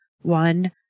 one